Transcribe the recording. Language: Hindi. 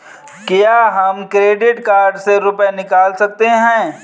क्या हम क्रेडिट कार्ड से रुपये निकाल सकते हैं?